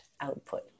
output